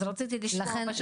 אז רציתי לשמוע.